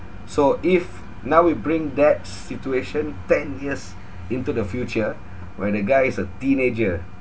so if now we bring that situation ten years into the future where the guy is a teenager